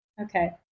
Okay